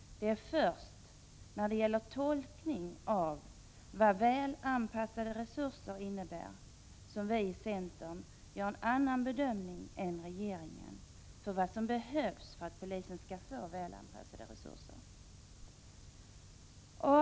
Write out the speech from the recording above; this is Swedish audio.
Det är först när det gäller tolkningen av vad ”väl anpassade resurser” innebär som vi i centern gör en annan bedömning än regeringen. Frågan är ju vad som behövs för att polisen skall få väl anpassade resurser.